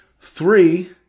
Three